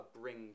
bring